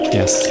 yes